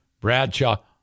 Bradshaw